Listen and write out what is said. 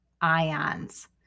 ions